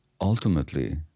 Ultimately